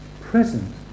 present